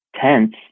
tense